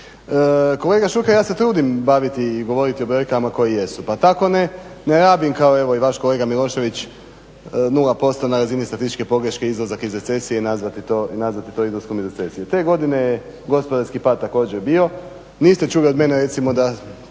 Kolega Šuker ja se trudim baviti i govoriti o brojkama koje jesu pa tako ne rabim kao evo i vaš kolega Milošević 0% na razini statističke pogreške izlazak iz recesije i nazvati to izlaskom iz recesije. Te godine je gospodarski pad također bio, niste čuli od mene recimo da